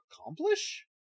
accomplish